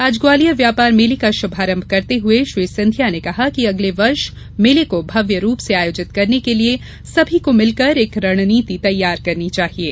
आज ग्वालियर व्यापार मेले का शुभारंभ करते हुए श्री सिंधिया ने कहा कि अगले वर्ष मेले को भव्य रूप से आयोजित करने के लिए सभी को मिलकर एक रणनीति तैयार करनी चाहिये